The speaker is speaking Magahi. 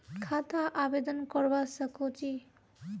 खाता आवेदन करवा संकोची?